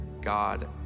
God